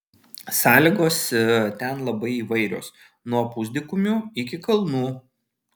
sąlygos ten labai įvairios nuo pusdykumių iki kalnų